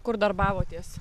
kur darbavotės